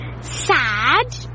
Sad